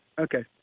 Okay